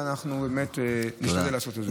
ואנחנו נשתדל לעשות את זה.